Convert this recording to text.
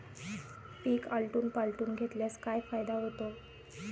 पीक आलटून पालटून घेतल्यास काय फायदा होतो?